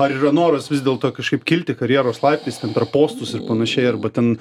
ar yra noras vis dėlto kažkaip kilti karjeros laiptais per postus ir panašiai arba ten